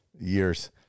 years